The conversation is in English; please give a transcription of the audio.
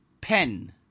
Pen